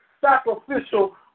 sacrificial